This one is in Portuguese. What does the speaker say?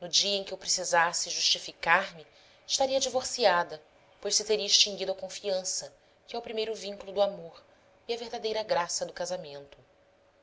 no dia em que eu precisasse justificar-me estaria divorciada pois se teria extinguido a confiança que é o primeiro vínculo do amor e a verdadeira graça do casamento